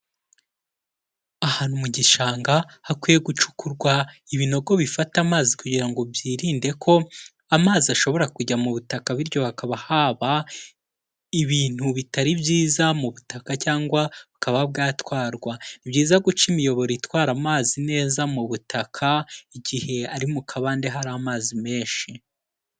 Ahantu mu gishanga hakwiye gucukurwa ibinogo bifata amazi kugira ngo byirinde ko amazi ashobora kujya mu butaka, bityo hakaba haba ibintu bitari byiza mu butaka cyangwa bukaba bwatwarwa. Ni byiza guca imiyoboro itwara amazi neza mu butaka igihe ari mu kabande hari amazi menshi.